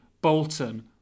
Bolton